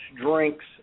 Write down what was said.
drinks